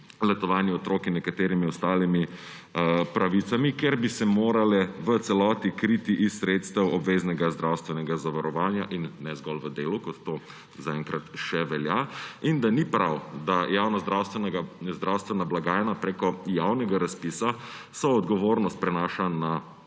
letovanji otrok in nekaterimi ostalimi pravicami, ker bi se morale v celoti kriti iz sredstev obveznega zdravstvenega zavarovanja in ne zgolj v delu, kot to zaenkrat še velja, in da ni prav, da javna zdravstvene blagajna prek javnega razpisa vso odgovornost prenaša na organizatorje.